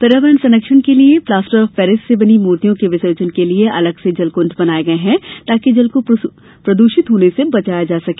पर्यावरण संरक्षण के लिए प्लास्टर ऑफ पेरिस से बनी मूर्तियों के विसर्जन के लिए अलग से जलक ंड बनाये हैं ताकि जल को प्रदृषित होने से बचाया जा सके